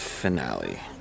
finale